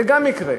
זה גם יקרה.